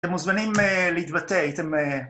אתם מוזמנים להתבטא, אתם...